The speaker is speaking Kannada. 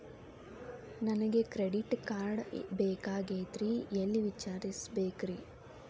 ನನಗೆ ಕ್ರೆಡಿಟ್ ಕಾರ್ಡ್ ಬೇಕಾಗಿತ್ರಿ ಎಲ್ಲಿ ವಿಚಾರಿಸಬೇಕ್ರಿ?